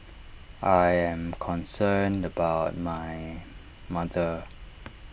I am concerned about my mother